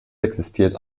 existiert